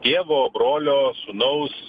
tėvo brolio sūnaus